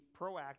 proactive